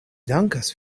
dankas